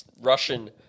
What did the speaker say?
Russian